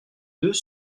deux